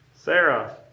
Sarah